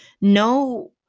No